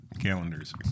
calendars